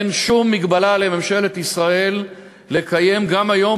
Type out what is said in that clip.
אין שום מגבלה לממשלת ישראל לקיים גם היום,